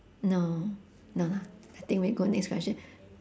no no lah I think we go next question